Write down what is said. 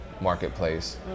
marketplace